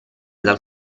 dal